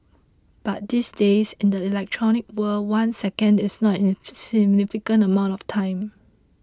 but these days in the electronic world one second is not an insignificant amount of time